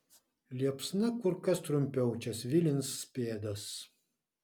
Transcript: liepsna kur kas trumpiau čia svilins pėdas